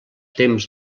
temps